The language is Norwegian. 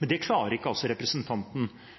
Det klarer altså ikke representanten